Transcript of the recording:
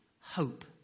Hope